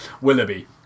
Willoughby